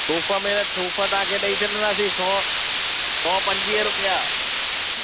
सूफ़ में त सूफ़ तव्हांखे ॾई छॾंदासीं सौ सौ पंजवीह रुपिया